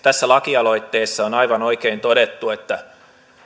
tässä lakialoitteessa on aivan oikein todettu että